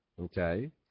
okay